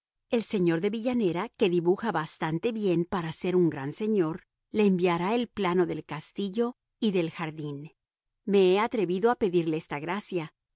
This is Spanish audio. el señor de villanera que dibuja bastante bien para ser un gran señor le enviará el plano del castillo y del jardín me he atrevido a pedirle esta gracia